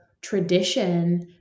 tradition